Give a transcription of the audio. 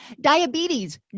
Diabetes